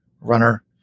runner